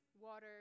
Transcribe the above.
water